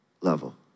level